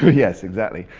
yes, exactly.